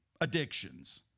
addictions